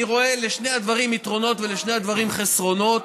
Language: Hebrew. אני רואה לשני הדברים יתרונות ולשני הדברים חסרונות.